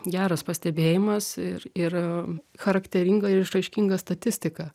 geras pastebėjimas ir ir charakteringa ir išraiškinga statistika